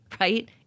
right